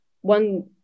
one